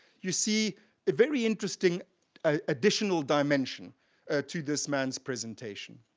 you see a very interesting additional dimension to this man's presentation.